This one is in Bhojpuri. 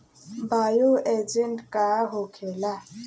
बायो एजेंट का होखेला?